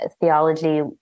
Theology